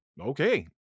okay